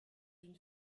une